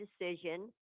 decision